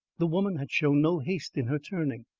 the woman had shown no haste in her turning!